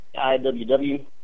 IWW